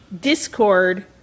discord